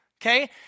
okay